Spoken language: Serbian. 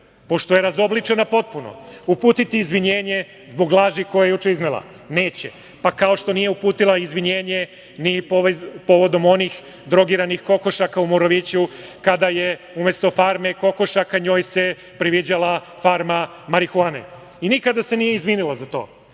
pošto je razobličena potpuno, uputiti izvinjenje zbog laži koje je juče iznela? Neće, kao što nije uputila izvinjenje ni povodom onih drogiranih kokošaka u Moroviću, kada se umesto farme kokošaka njoj priviđala farma marihuane. Nikada se nije izvinila za to.